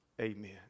Amen